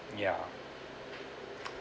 yeah